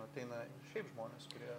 ateina šiaip žmonės kurie